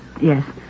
Yes